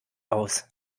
aus